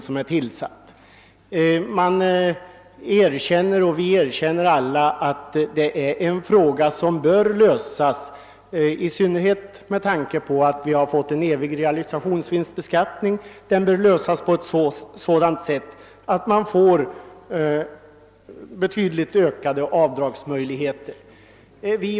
Man erkänner — och det gör vi alla — att denna fråga bör lösas, i synnerhet med tanke på att en evig realisationsvinstbeskatining genomförts på ett sådant sätt att avdragsmöjligheterna betydligt motiveras.